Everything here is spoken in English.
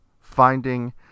finding